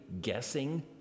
guessing